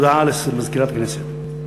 הודעה למזכירת הכנסת.